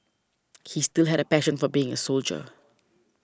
he still had a passion for being a soldier